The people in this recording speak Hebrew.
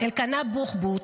אלקנה בוחבוט,